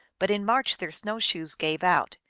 but in march their snow-shoes gave out,